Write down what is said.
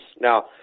Now